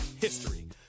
history